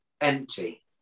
empty